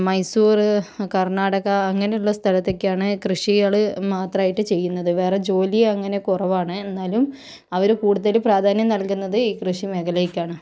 മൈസൂർ കർണാടക അങ്ങനെയുള്ള സ്ഥലത്തൊക്കെയാണ് കൃഷികൾ മാത്രമായിട്ട് ചെയ്യുന്നത് വേറെ ജോലി അങ്ങനെ കുറവാണ് എന്നാലും അവർ കൂടുതൽ പ്രാധാന്യം നൽകുന്നത് ഈ കൃഷി മേഖലക്കാണ്